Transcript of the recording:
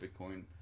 Bitcoin